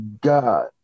god